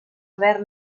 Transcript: haver